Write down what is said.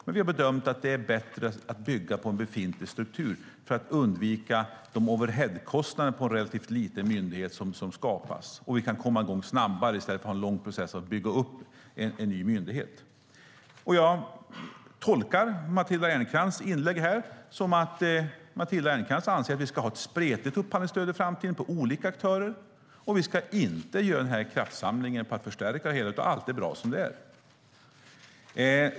Men vi har bedömt att det är bättre att bygga på en befintlig struktur för att undvika de overheadkostnader som skapas på en relativt liten myndighet, och vi kan komma i gång snabbare i stället för att ha en lång process att bygga upp en ny myndighet. Jag tolkar Matilda Ernkrans inlägg som att hon anser att vi ska ha ett spretigt upphandlingsstöd på olika aktörer i framtiden. Vi ska alltså inte göra denna kraftsamling på att förstärka det hela, utan allt är bra som det är.